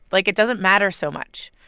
like, it doesn't matter so much.